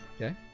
Okay